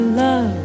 love